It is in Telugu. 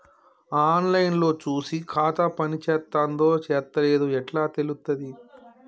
ఆన్ లైన్ లో చూసి ఖాతా పనిచేత్తందో చేత్తలేదో ఎట్లా తెలుత్తది?